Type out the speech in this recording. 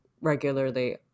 regularly